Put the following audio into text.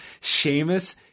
Seamus